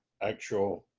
actual